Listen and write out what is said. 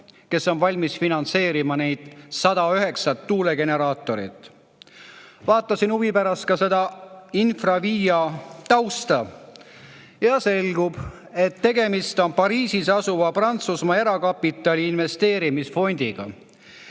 kes on valmis finantseerima 109 tuulegeneraatorit. Vaatasin huvi pärast ka InfraVia tausta ja selgub, et tegemist on Pariisis asuva Prantsusmaa erakapitali investeerimisfondiga.